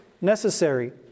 necessary